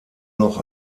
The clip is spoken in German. noch